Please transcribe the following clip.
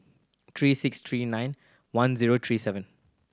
three six three nine one zero three seven